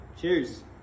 Cheers